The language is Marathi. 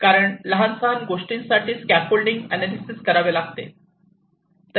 कारण लहानसहान गोष्टींसाठी श्चाफफोल्डिंग अनालिसेस करावे लागते